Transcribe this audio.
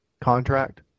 contract